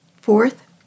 Fourth